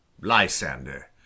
Lysander